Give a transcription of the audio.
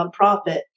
nonprofit